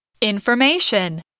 Information